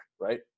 Right